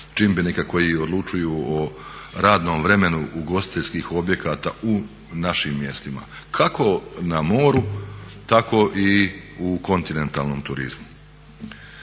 čimbenika koji odlučuju o radnom vremenu ugostiteljskih objekata u našim mjestima kako na mogu tako i u kontinentalnom turizmu.